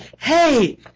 Hey